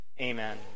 Amen